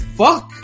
fuck